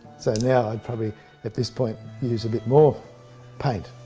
so now probably at this point use a bit more paint.